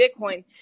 Bitcoin